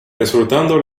sfruttando